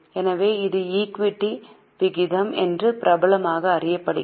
எனவே இது ஈக்விட்டி விகிதம் என்று பிரபலமாக அறியப்படுகிறது